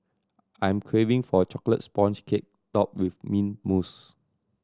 I'm craving for a chocolate sponge cake topped with mint mousse